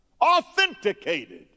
authenticated